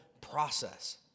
process